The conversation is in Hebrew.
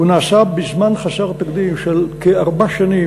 הוא נעשה בזמן חסר תקדים של כארבע שנים